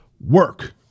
Work